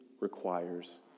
requires